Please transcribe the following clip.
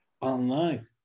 online